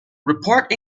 report